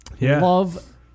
Love